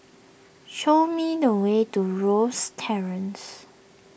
show me the way to Rosyth Terrace